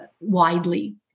widely